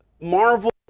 Marvel